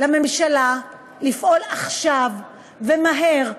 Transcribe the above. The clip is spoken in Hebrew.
לממשלה לפעול עכשיו ומהר,